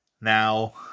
Now